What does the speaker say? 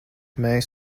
mēs